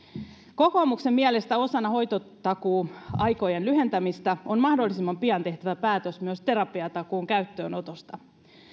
kokoomuksen mielestä osana hoitotakuuaikojen lyhentämistä on mahdollisimman pian tehtävä päätös myös terapiatakuun käyttöönotosta